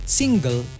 single